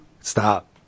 Stop